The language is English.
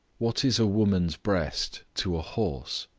what is a woman's breast to a horse?